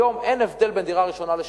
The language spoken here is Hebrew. היום אין הבדל בין דירה ראשונה לשנייה.